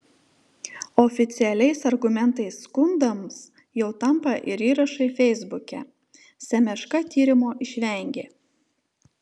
oficialiais argumentais skundams jau tampa ir įrašai feisbuke semeška tyrimo išvengė